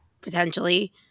potentially